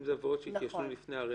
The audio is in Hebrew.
אם זה עבירות שהתיישנו לפני הרצח,